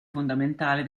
fondamentale